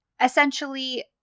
Essentially